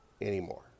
anymore